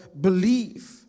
believe